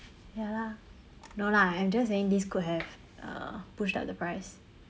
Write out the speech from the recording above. ya lah no lah I'm just saying this could have uh pushed up the price